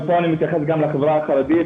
ופה אני מתייחס גם לחברה החרדית,